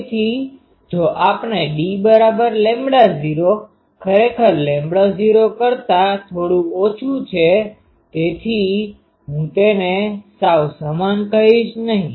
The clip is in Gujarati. તેથી જો આપણે dλ૦ ખરેખર λ૦ કરતા થોડું ઓછું છે તેથી હું તેને સાવ સમાન કહીશ નહિ